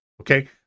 Okay